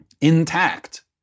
intact